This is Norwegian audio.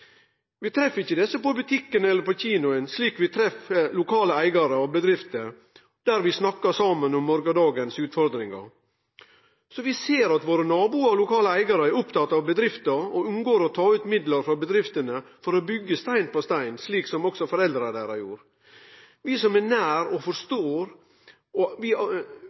Vi treffer ikkje desse på butikken eller på kinoen, slik vi treffer lokale eigarar av bedrifter, som vi snakkar med om morgondagens utfordringar. Vi ser at naboane våre som er lokale eigarar, er opptatt av bedriftene og unngår å ta ut midlar frå dei – for å byggje stein på stein, slik som òg foreldra deira gjorde. Vi som er nær desse, forstår og